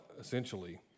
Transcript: essentially